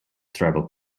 travel